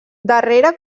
darrere